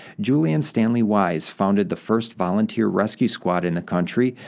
julian stanley wise founded the first volunteer rescue squad in the country,